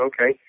okay